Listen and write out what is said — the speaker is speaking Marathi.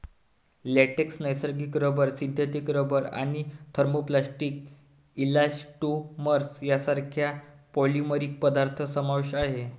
लेटेक्स, नैसर्गिक रबर, सिंथेटिक रबर आणि थर्मोप्लास्टिक इलास्टोमर्स सारख्या इतर पॉलिमरिक पदार्थ समावेश आहे